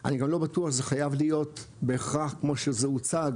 אני גם לא בטוח שזה חייב להיות בהכרח כמו שזה הוצג,